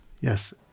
Yes